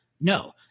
No